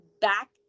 back